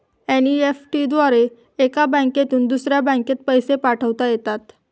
NEFT द्वारे एका बँकेतून दुसऱ्या बँकेत पैसे पाठवता येतात